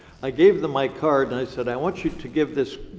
i gave them my card, and i said i want you to give this,